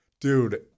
Dude